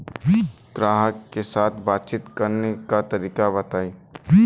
ग्राहक के साथ बातचीत करने का तरीका बताई?